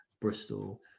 Bristol